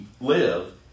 live